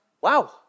Wow